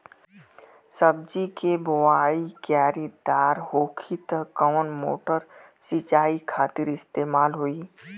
सब्जी के बोवाई क्यारी दार होखि त कवन मोटर सिंचाई खातिर इस्तेमाल होई?